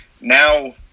now